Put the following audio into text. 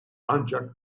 ancak